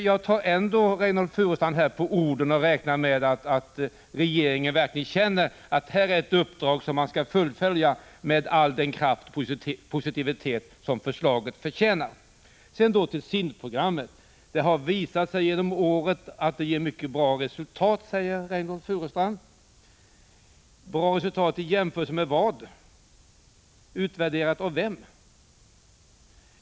Jag tar ändå Reynoldh Furustrand på orden och räknar med att regeringen verkligen känner att här är ett uppdrag som man skall fullfölja med all den kraft och positivitet som förslaget förtjänar. Så till SIND-programmet. Det har visat sig under året att det ger mycket bra resultat, säger Reynoldh Furustrand. Bra resultat i jämförelse med vad? Utvärderat av vem?